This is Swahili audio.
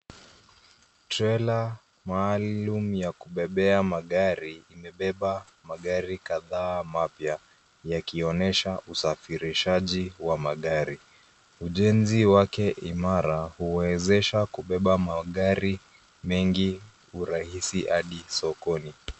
Trela maalum ya kubebea magari, imebeba magari kadhaa mapya yakionyesha usafirishaji wa magari. Ujensi wake imara huwezesha kubeba magari mengi urahisi hadi sokoni.